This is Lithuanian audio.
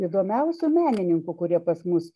įdomiausių menininkų kurie pas mus